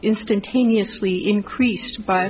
instantaneously increased by